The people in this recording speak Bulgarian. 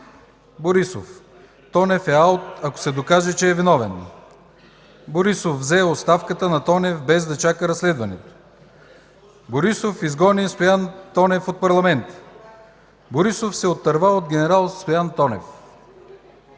„Борисов: „Тонев е аут, ако се докаже, че е виновен”. „Борисов взе оставката на Тонев без да чака разследването”. „Борисов изгони Стоян Тонев от парламента”. „ Борисов се отърва от ген. Стоян Тонев”.